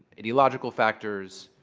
ideological factors,